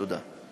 תודה.